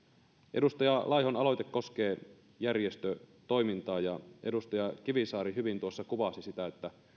edustaja laihon aloite koskee järjestötoimintaa ja edustaja kivisaari hyvin tuossa kuvasi sitä